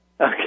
Okay